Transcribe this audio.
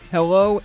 Hello